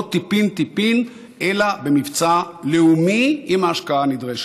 לא טיפין-טיפין אלא במבצע לאומי עם ההשקעה הנדרשת.